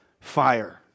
fire